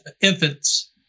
infants